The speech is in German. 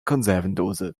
konservendose